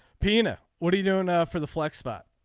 pina what are you doing for the flex spot.